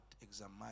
examine